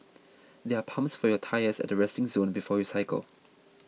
there are pumps for your tyres at the resting zone before you cycle